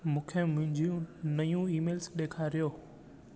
मूंखे मुंहिंजियूं नयूं ईमेल्स ॾेखारियो